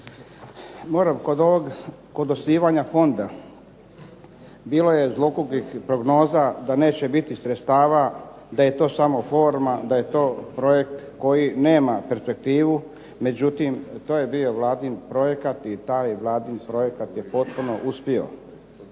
ovog, kod osnivanja fonda bilo je zlogukih prognoza da neće biti sredstava, da je to samo forma, da je to projekt koji nema perspektivu, međutim to je bilo Vladin projekt i taj Vladin projekt je potpuno uspio.